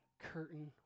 curtain